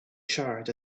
charred